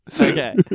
Okay